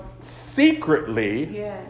secretly